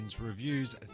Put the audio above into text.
reviews